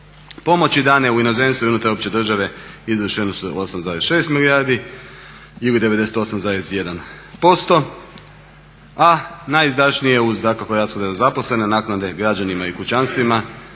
Pomoći dane u inozemstvu i unutar opće države izvršeni su 8,6 milijardi ili 98,1%, a najizdašnije uz dakako rashode za zaposlene, naknade građanima i kućanstvima